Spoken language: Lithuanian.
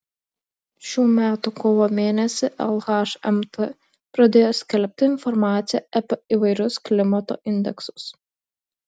šių metų kovo mėnesį lhmt pradėjo skelbti informaciją apie įvairius klimato indeksus